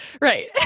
Right